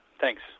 Thanks